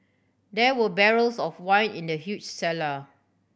there were barrels of wine in the huge cellar